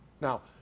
Now